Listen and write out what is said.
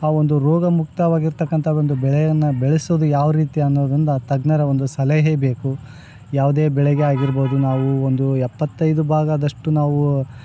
ಆ ಒಂದು ರೋಗ ಮುಕ್ತವಾಗಿರ್ತಕ್ಕಂಥ ಒಂದು ಬೆಳೆಯನ್ನು ಬೆಳೆಸೋದು ಯಾವ ರೀತಿ ಅನ್ನೋದಿಂದ ತಜ್ಞರ ಒಂದು ಸಲಹೆ ಬೇಕು ಯಾವುದೇ ಬೆಳೆಗೆ ಆಗಿರ್ಬೋದು ನಾವು ಒಂದು ಎಪ್ಪತೈದು ಭಾಗದಷ್ಟು ನಾವು